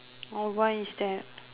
oh what is that